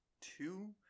two